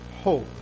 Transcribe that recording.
hope